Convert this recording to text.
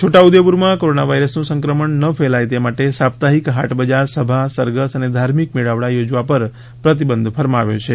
છોટા ઉદેપુરમાં કોરોના વાયરસનું સંક્રમણ ન ફેલાઇ તે માટે સાપ્તાહિક હાટ બજાર સભા સરઘસ અને ધાર્મિક મેળાવળા યોજવા પર પ્રતિબંધ ફરમાવ્યો છે